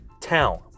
town